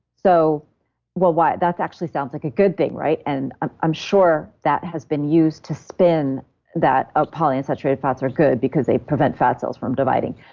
so well, what? that actually sounds like a good thing, right? and i'm i'm sure that has been used to spin that unpolyunsaturated fats are good because they prevent fat cells from dividing.